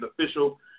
official